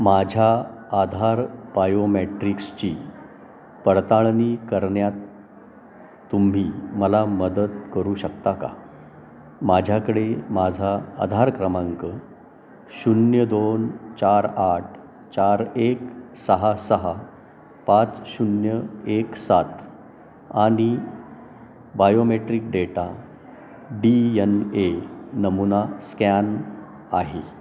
माझ्या आधार बायोमेट्रिक्सची पडताळणी करण्यात तुम्ही मला मदत करू शकता का माझ्याकडे माझा आधार क्रमांक शून्य दोन चार आठ चार एक सहा सहा पाच शून्य एक सात आणि biometric data D N A नमूना स्कॅन आहे